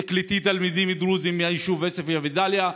תקלטי תלמידים דרוזים מהיישובים עוספיא ודאליה.